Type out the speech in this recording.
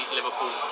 Liverpool